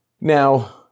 Now